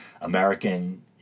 American